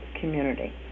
community